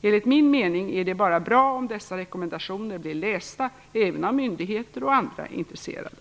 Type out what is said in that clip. Enligt min mening är det bara bra om dessa rekommendationer blir lästa även av myndigheter och andra intresserade.